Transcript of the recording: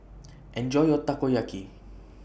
Enjoy your Takoyaki